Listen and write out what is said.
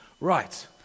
Right